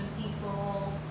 people